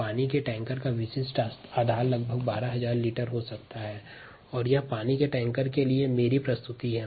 एक पानी के टैंकर का विशिष्ट आकार लगभग 12000 लीटर हो सकता है और यह पानी के टैंकर के लिए मेरी प्रस्तुति है